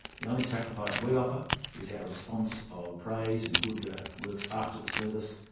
the only sacrifice we offer is our response of praise and good works after the service.